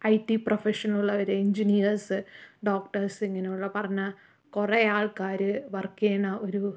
I T professional ഉള്ളവർ engineers doctors ഇങ്ങനെയുള്ള പറഞ്ഞാൽ കുറെ ആൾക്കാര് വർക്ക് ചെയ്യണ ഒരു